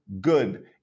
good